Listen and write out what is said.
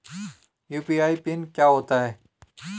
UPI PIN क्या होता है?